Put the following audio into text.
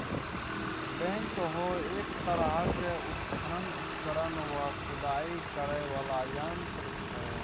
backhoe एक तरहक उत्खनन उपकरण वा खुदाई करय बला यंत्र छै